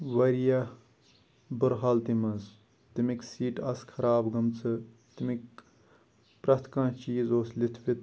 واریاہ بُرٕ حالتہِ منٛز تٔمِکۍ سیٖٹہٕ آسہٕ خراب گٔمژٕ تٔمِکۍ پرٛٮ۪تھ کانٛہہ چیٖز اوس لِتھوِتھ